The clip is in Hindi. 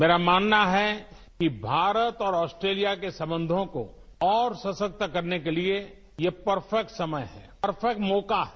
मेरा मानना है कि भारत और ऑस्ट्रेलिया के संबंधों को और सशक्त करने के लिए ये परफैक्ट समय है परफैक्टा मौका है